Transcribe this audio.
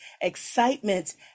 excitement